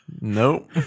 Nope